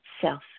self